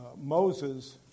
Moses